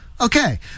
okay